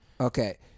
Okay